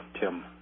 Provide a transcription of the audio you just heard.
Tim